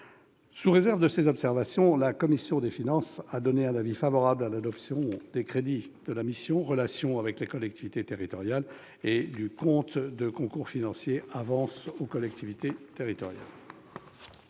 Sous réserve de ces observations, la commission des finances a donné un avis favorable à l'adoption des crédits de la mission « Relations avec les collectivités territoriales » et du compte de concours financiers « Avances aux collectivités territoriales ».